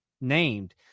named